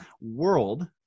world